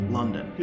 London